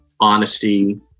honesty